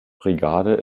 brigade